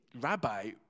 rabbi